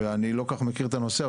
אני לא כל כך מכיר את הנושא,